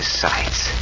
sights